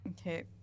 Okay